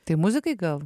tai muzikai gal